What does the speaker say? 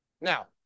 Now